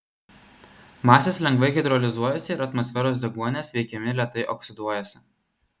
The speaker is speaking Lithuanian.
masės lengvai hidrolizuojasi ir atmosferos deguonies veikiami lėtai oksiduojasi